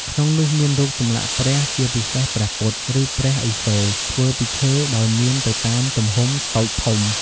ក្នុងនោះមានរូបចម្លាក់់ព្រះ ជាពិសេសព្រះពុទ្ធ ឬព្រះឥសូរធ្វើពីឈើដោយមានទៅតាមទំហំតូចធំ។